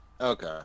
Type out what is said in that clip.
Okay